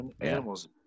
animals